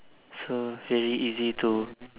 so very easy to